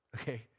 Okay